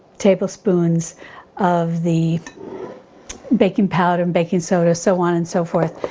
tablespoons of the baking powder and baking soda, so on and so forth.